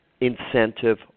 incentive